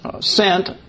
sent